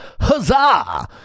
huzzah